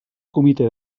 comitè